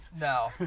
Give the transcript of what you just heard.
No